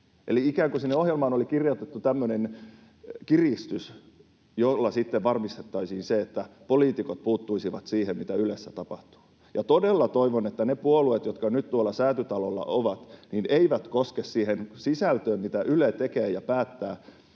Eli sinne ohjelmaan oli kirjoitettu ikään kuin tämmöinen kiristys, jolla sitten varmistettaisiin se, että poliitikot puuttuisivat siihen, mitä Ylessä tapahtuu. Todella toivon, että ne puolueet, jotka nyt tuolla Säätytalolla ovat, eivät koske siihen sisältöön, mitä Yle tekee ja päättää,